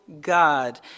God